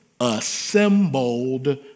assembled